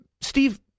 Steve